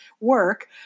work